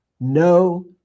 No